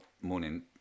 morning